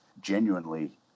genuinely